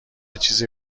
چیزی